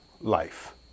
life